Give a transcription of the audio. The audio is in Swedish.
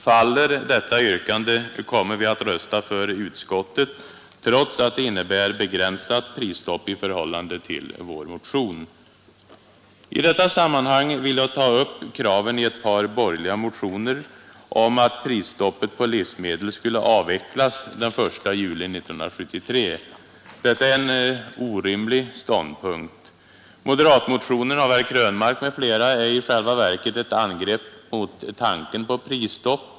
Faller detta yrkande kommer vi att rösta för utskottet, trots att det innebär begränsat prisstopp i förhållande till vår motion. I detta sammanhang vill jag ta upp kraven i ett par borgerliga motioner om att prisstoppet på livsmedel skulle avvecklas den 1 juli 1973. Detta är en orimlig ståndpunkt. Moderatmotionen av herr Krönmark m.fl. är i själva verket ett angrepp mot tanken på prisstopp.